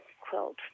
quilt